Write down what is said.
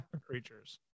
creatures